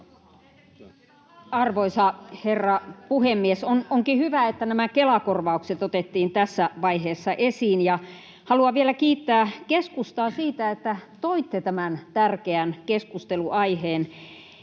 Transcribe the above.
Arvoisa herra puhemies! Onkin hyvä, että nämä Kela-korvaukset otettiin tässä vaiheessa esiin. Haluan vielä kiittää keskustaa siitä, että toitte tämän tärkeän keskustelunaiheen